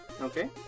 Okay